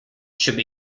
should